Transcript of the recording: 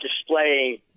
displaying